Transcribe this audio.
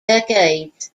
decades